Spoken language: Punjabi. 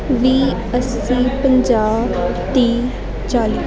ਵੀਹ ਅੱਸੀ ਪੰਜਾਹ ਤੀਹ ਚਾਲੀ